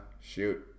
Shoot